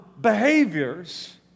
behaviors